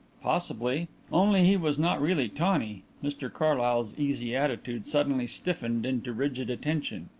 possibly. only he was not really tawny. mr carlyle's easy attitude suddenly stiffened into rigid attention.